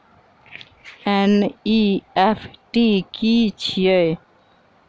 NEFT की छीयै?